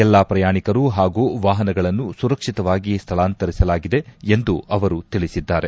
ಎಲ್ಲಾ ಪ್ರಯಾಣಿಕರು ಹಾಗೂ ವಾಪನಗಳನ್ನು ಸುರಕ್ಷಿತವಾಗಿ ಸ್ಲಳಾಂತರಿಸಲಾಗಿದೆ ಎಂದು ಅವರು ತಿಳಿಸಿದ್ದಾರೆ